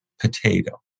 potato